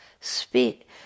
Speak